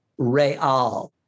Re'al